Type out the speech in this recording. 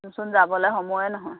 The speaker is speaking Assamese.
মোৰচোন যাবলৈ সময় নহয়